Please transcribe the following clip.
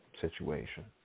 situation